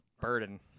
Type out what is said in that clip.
burden